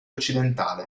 occidentale